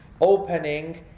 opening